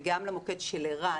וגם למוקד של ער"ן,